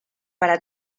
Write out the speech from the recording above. para